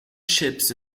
ships